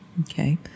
Okay